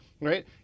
right